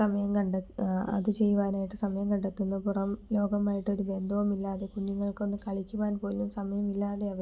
സമയം കണ്ടെത്താ അത് ചെയ്യുവാനായിട്ട് സമയം കണ്ടെത്തുന്നു പുറം ലോകവുമായിട്ട് ഒരു ബന്ധവുമില്ലാതെ കുഞ്ഞുങ്ങൾക്ക് ഒന്നുമില്ലാതെ കുഞ്ഞുങ്ങൾക്കൊന്ന് കളിക്കുവാൻ പോലും സമയമില്ലാതെ അവർ